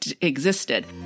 existed